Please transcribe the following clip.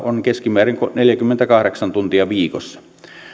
on keskimäärin neljäkymmentäkahdeksan tuntia viikossa